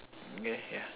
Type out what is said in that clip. ya sia